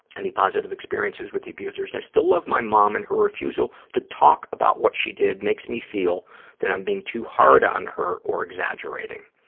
any positive experiences with the abusers? i still love my mom, and her refusal to talk about what she did makes me feel that i'm being too hard on her or exaggerating.